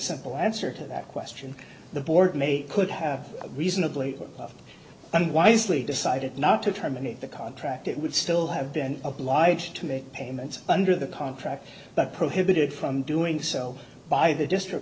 simple answer to that question the board may could have reasonably unwisely decided not to terminate the contract it would still have been obliged to make payments under the contract but prohibited from doing so by the district